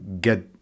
get